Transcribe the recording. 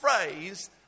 phrase